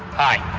hi.